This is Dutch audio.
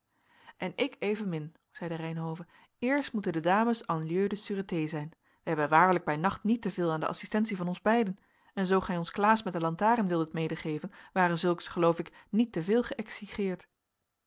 en ik evenmin zeide reynhove eerst moeten de dames en lieu de sureté zijn zij hebben waarlijk bij nacht niet te veel aan de assistentie van ons beiden en zoo gij ons klaas met de lantaren wildet medegeven ware zulks geloof ik niet te veel geëxigeerd